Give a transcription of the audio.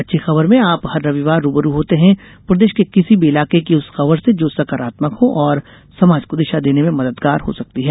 अच्छी खबरमें आप हर रविवार रूबरू होते हैं प्रदेश के किसी भी इलाके की उस खबर से जो सकारात्मक है और समाज को दिशा देने में मददगार हो सकती है